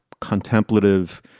contemplative